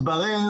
מתברר